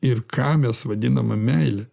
ir ką mes vadiname meile